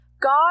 God